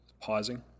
pausing